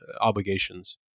obligations